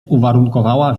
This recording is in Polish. uwarunkowała